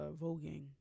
voguing